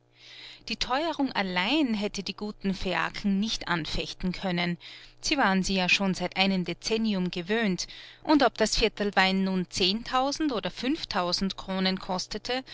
die teuerung allein hätte die guten phäaken nicht anfechten können sie waren sie ja schon seit einem dezennium gewöhnt und ob das viertel wein nun zehntausend oder fünftausend kronen kostete